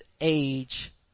age